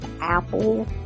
Apple